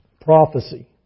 prophecy